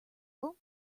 dongle